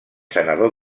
senador